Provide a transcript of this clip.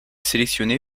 sélectionné